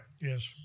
Yes